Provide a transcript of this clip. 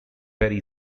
very